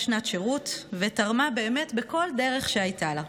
שנת שירות ותרמה באמת בכל דרך שהייתה לה.